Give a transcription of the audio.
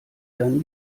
dann